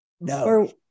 no